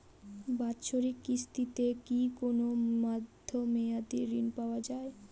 বাৎসরিক কিস্তিতে কি কোন মধ্যমেয়াদি ঋণ পাওয়া যায়?